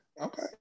Okay